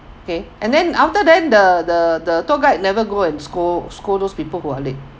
okay and then after that the the the tour guide never go and scold scold those people who are late